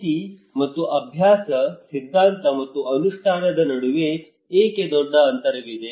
ನೀತಿ ಮತ್ತು ಅಭ್ಯಾಸ ಸಿದ್ಧಾಂತ ಮತ್ತು ಅನುಷ್ಠಾನದ ನಡುವೆ ಏಕೆ ದೊಡ್ಡ ಅಂತರವಿದೆ